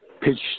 pitch